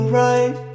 right